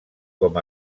com